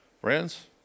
friends